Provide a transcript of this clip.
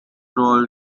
role